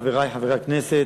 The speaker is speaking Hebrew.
חברי חברי הכנסת,